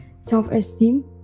self-esteem